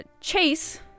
Chase